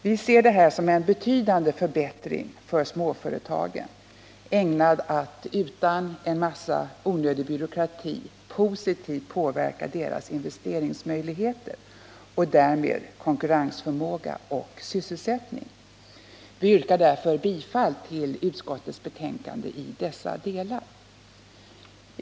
Vi ser detta som en betydande förbättring för småföretagen, ägnad att utan en massa onödig byråkrati positivt påverka deras investeringsmöjligheter och därmed konkurrensförmåga och sysselsättning. Vi yrkar därför bifall till utskottets hemställan i dessa delar.